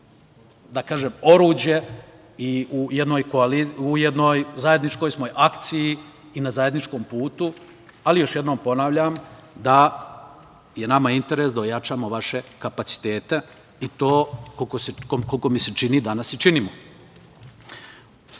da kažem, oruđe i u jednoj zajedničkoj smo akciji i na zajedničkom putu. Ali, još jednom ponavljam, da je nama interes da ojačamo vaše kapacitete i to, koliko mi se čini, danas i činimo. Ono